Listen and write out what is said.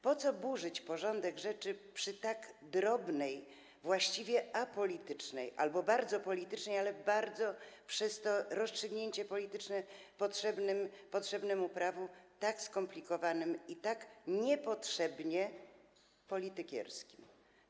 Po co burzyć porządek rzeczy przy sprawie tak drobnej, właściwie apolitycznej albo bardzo politycznej, ale bardzo przez to rozstrzygnięcie polityczne potrzebnej prawu, tak skomplikowanym i tak niepotrzebnie politykierskim działaniem?